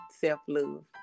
self-love